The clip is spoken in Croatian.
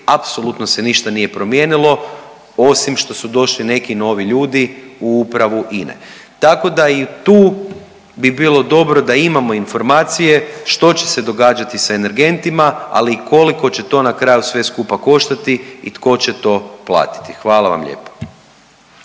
apsolutno se ništa nije promijenilo osim što su došli neki novi ljudi u upravu INA-e. Tako da i tu bi bilo dobro da imamo informacije što će se događati sa energentima, ali i koliko će to na kraju sve skupa koštati i tko će to platiti. Hvala vam lijepa.